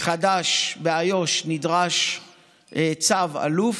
חדש באיו"ש נדרש צו אלוף.